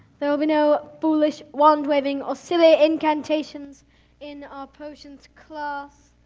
there will be no foolish wand waving or silly incantations in our potions class.